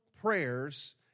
prayers